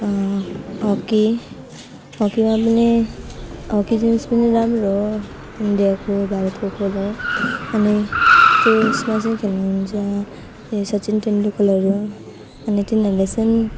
hockey हकीमा पनि हकी जिनिस पनि राम्रो हो इन्डियाको भारतको खेल हो अनि त्यो उसमा चाहिँ खेल्नुहुन्छ सचिन तेन्दुलकरहरू अनि तिनीहरूले चाहिँ